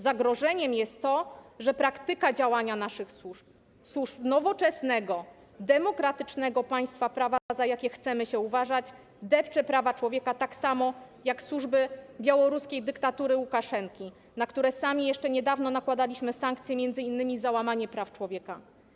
Zagrożeniem jest to, że praktyka działania naszych służb, służb nowoczesnego, demokratycznego państwa prawa, za jakie chcemy się uważać, depcze prawa człowieka tak samo jak służby białoruskiej dyktatury Łukaszenki, na które sami jeszcze niedawno nakładaliśmy sankcje, m.in. za łamanie praw człowieka.